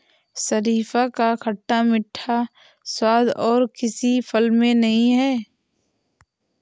शरीफा का खट्टा मीठा स्वाद और किसी फल में नही है